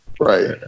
right